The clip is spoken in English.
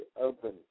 open